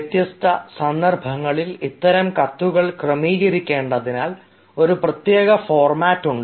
വ്യത്യസ്ത സന്ദർഭങ്ങളിൽ ഇത്തരം കത്തുകൾ ക്രമീകരിക്കേണ്ടതിനാൽ ഒരു പ്രത്യേക ഫോർമാറ്റ് ഉണ്ട്